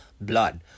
blood